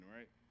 right